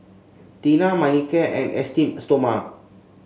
Tena Manicare and Esteem Stoma